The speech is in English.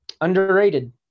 underrated